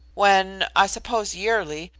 when, i suppose yearly,